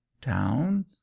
town